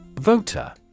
Voter